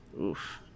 Oof